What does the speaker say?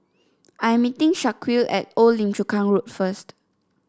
I am meeting Shaquille at Old Lim Chu Kang Road first